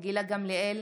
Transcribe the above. גילה גמליאל,